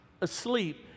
asleep